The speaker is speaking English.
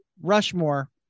rushmore